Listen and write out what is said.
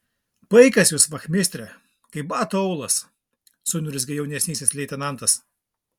paikas jūs vachmistre kaip bato aulas suniurzgė jaunesnysis leitenantas